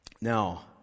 Now